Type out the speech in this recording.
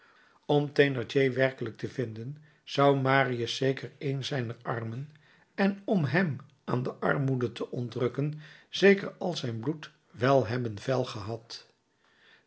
om thénardier werkelijk te vinden zou marius zeker een zijner armen en om hem aan de armoede te ontrukken zeker al zijn bloed wel hebben veil gehad